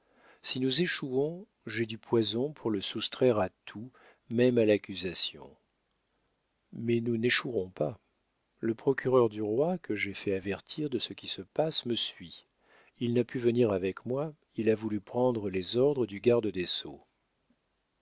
si nous échouons j'ai du poison pour le soustraire à tout même à l'accusation mais nous n'échouerons pas le procureur du roi que j'ai fait avertir de ce qui se passe me suit il n'a pu venir avec moi il a voulu prendre les ordres du garde des sceaux